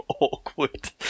awkward